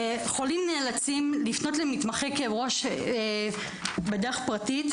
חולים נאלצים לפנות למתמחה כאב ראש בדרך פרטית,